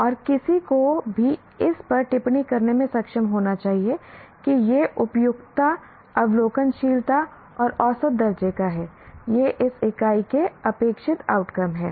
और किसी को भी इस पर टिप्पणी करने में सक्षम होना चाहिए कि यह उपयुक्तता अवलोकनशीलता और औसत दर्जे का है ये इस इकाई के अपेक्षित आउटकम हैं